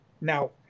Now